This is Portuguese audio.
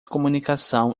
comunicação